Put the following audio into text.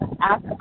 ask